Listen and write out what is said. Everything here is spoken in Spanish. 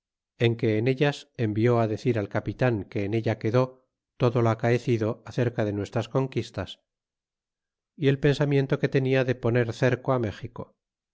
en que en ellas envió á decir al capitan que en ella quedó todo lo acaecido acerca de nuestras conquistas y el pensamiento que tenia de poner cerco á méxico